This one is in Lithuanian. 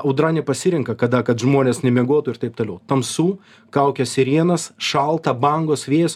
audra nepasirenka kada kad žmonės nemiegotų ir taip toliau tamsu kaukia sirenos šalta bangos vėjas